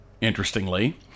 interestingly